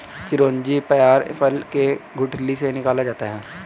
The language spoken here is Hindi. चिरौंजी पयार फल के गुठली से निकाला जाता है